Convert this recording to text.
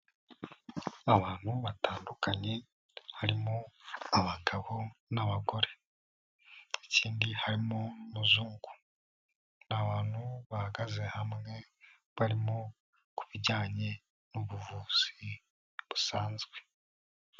Abantu batandukanye harimo abagabo n'abagore, ikindi harimo umuzungu. Abantu bahagaze hamwe barimo ku bijyanye n'ubuvuzi busanzwe.